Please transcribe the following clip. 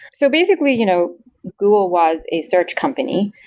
so basically, you know google was a search company.